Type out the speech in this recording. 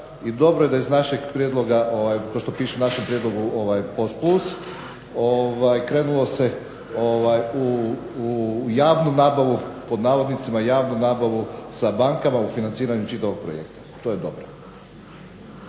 dobro da iz našeg prijedloga, kao što piše u našem prijedlogu POS+, krenulo se u "javnu nabavu" sa bankama u financiranju čitavog projekta. To je dobro.